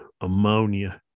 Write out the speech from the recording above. ammonia